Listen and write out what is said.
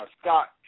Scott